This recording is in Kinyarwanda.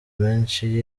menshi